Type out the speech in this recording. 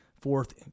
fourth